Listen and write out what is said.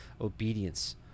obedience